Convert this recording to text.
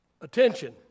attention